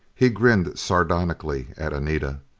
he grinned sardonically at anita.